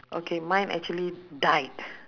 okay mine actually died